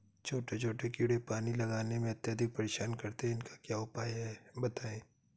छोटे छोटे कीड़े पानी लगाने में अत्याधिक परेशान करते हैं इनका उपाय बताएं?